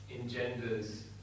engenders